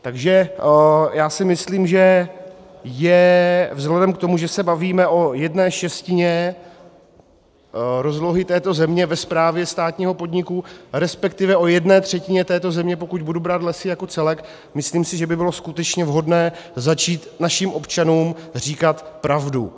Takže já si myslím, že vzhledem k tomu, že se bavíme o jedné šestině rozlohy této země ve správě státního podniku, resp. o jedné třetině této země, pokud budu brát lesy jako celek, tak si myslím, že by bylo skutečně vhodné začít našim občanům říkat pravdu.